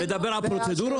מה, לדבר על פרוצדורות?